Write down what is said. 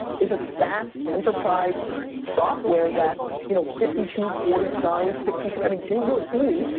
is a sas enterprise software that, you know, fifty two, forty nine, sixty three. i mean james orsini,